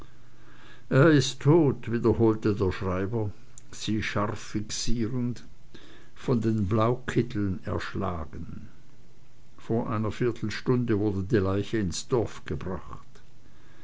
er ist tot wiederholte der schreiber sie scharf fixierend von den blaukitteln erschlagen vor einer viertelstunde wurde die leiche ins dorf gebracht